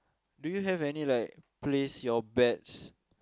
do you have any like place your bets